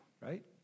right